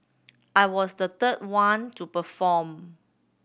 I was the third one to perform